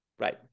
Right